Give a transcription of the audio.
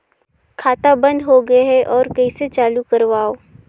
खाता बन्द होगे है ओला कइसे चालू करवाओ?